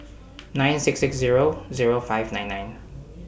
nine six six Zero Zero five nine nine